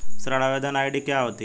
ऋण आवेदन आई.डी क्या होती है?